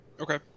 Okay